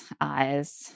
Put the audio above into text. eyes